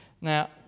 Now